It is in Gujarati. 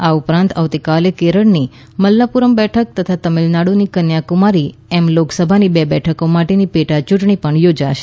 આ ઉપરાંત આવતીકાલે કેરળની મલ્લપુરમ બેઠક અને તમિળનાડુની કન્યાકુમારી એમ લોકસભાની બે બેઠકો માટેની પેટા ચ્રંટણી પણ યોજાશે